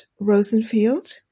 Rosenfield